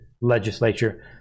legislature